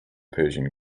persian